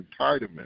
entitlement